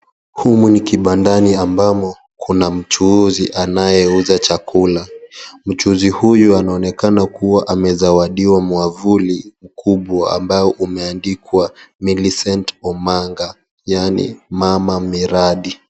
Huku ni kibandani ambamo mchuuzi Anauza chakula mchuuzi huyu anaonekana kuwa amezawadiwa mwavuli huku imeandikwa Milicent Omanga yaani mama miradi.